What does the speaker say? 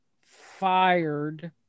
fired